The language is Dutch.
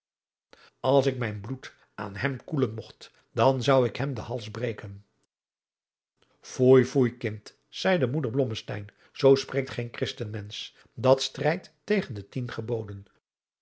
als ik mijn bloed aan hem koelen mogt dan zou ik hem den hals breken foei foei kind zei moeder blommesteyn zoo spreekt geen christenmensch dat strijdt tegen de tien geboden